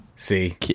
See